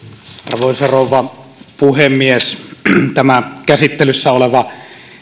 arvoisa rouva puhemies tämä käsittelyssä oleva